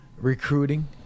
recruiting